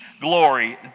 glory